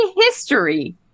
history